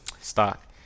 stock